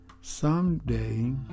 Someday